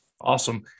Awesome